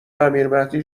امیرمهدی